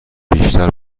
بیشتر